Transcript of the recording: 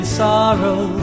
sorrow